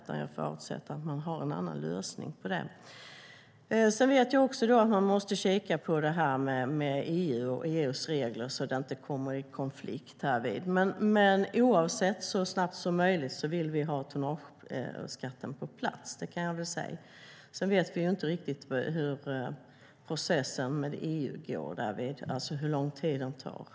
Jag förutsätter att det finns en annan lösning.